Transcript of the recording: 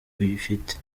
uyifite